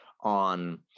on